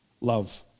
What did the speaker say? love